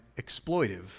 exploitive